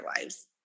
lives